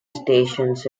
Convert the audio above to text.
stations